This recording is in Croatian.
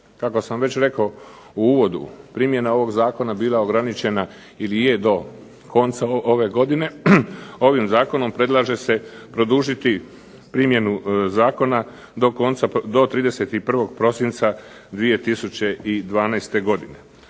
kako sam već rekao u uvodu, primjena ovog zakona bila ograničenja ili je do konca ove godine, ovim zakonom predlaže se produžiti primjenu zakona do 31. prosinca 2012. godine.